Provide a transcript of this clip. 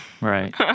Right